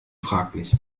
fraglich